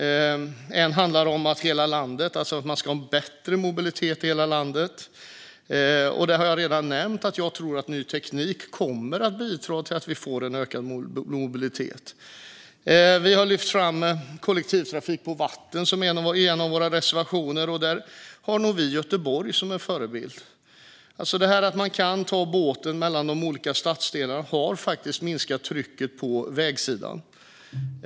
En handlar om att man ska ha bättre mobilitet i hela landet. Jag har redan nämnt att jag tror att ny teknik kommer att bidra till att vi får en ökad mobilitet. Vi har lyft fram kollektivtrafik på vatten i en av våra reservationer. Där har vi nog Göteborg som en förebild. Detta att man kan ta båten mellan de olika stadsdelarna har faktiskt minskat trycket på vägsidan.